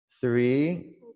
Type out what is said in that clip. three